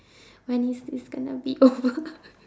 when is this gonna be over